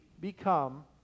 become